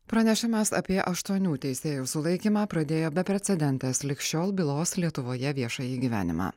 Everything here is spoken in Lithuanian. pranešimas apie aštuonių teisėjų sulaikymą pradėjo beprecedentės lig šiol bylos lietuvoje viešąjį gyvenimą